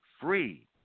free